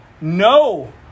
No